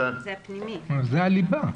זאת הליבה.